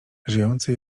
żyjący